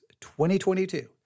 2022